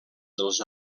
dels